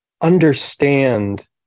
understand